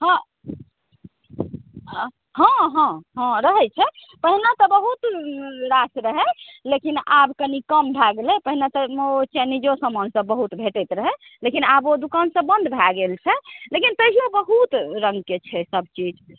हँ हँ हँ हँ रहै छै पहिने तऽ बहुत रास रहै लेकिन आब कनी कम भऽ गेलै पहिने चइनीजो समान सभ बहुत भेटैत रहै लेकिन आब ओ दुकान सभ बन्द भऽ गेल छै लेकिन तइओ बहुत रङ्गके छै सब चीज